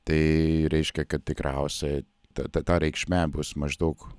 tai reiškia kad tikriausiai tada ta reikšmė bus maždaug